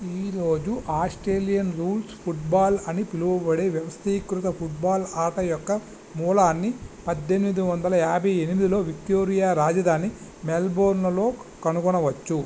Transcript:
ఈరోజు Australian rules football అని పిలవబడే వ్యవస్థీకృత ఫుట్బాల్ ఆట యొక్క మూలాన్ని పద్దెనిమిది వందల యాభై ఎనిమిదిలో విక్టోరియా రాజధాని మెల్బోర్న్లో కనుగొనవచ్చు